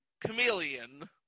Chameleon